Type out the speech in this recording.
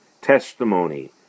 testimony